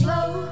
Slow